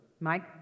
Mike